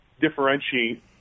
differentiate